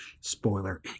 Spoiler